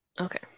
Okay